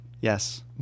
Yes